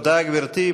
תודה, גברתי.